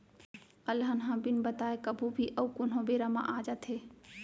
अलहन ह बिन बताए कभू भी अउ कोनों बेरा म आ जाथे